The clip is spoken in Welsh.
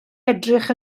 edrych